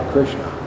Krishna